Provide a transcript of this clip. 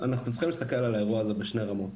אנחנו צריכים להסתכל על האירוע הזה בשתי רמות,